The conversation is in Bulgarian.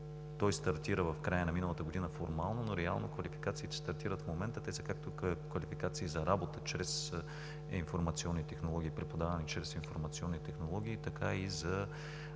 Той стартира формално в края на миналата година, но реално квалификациите стартират в момента. Те са както квалификации за работа чрез информационни технологии и преподаване чрез информационни технологии, така и за